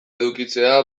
edukitzea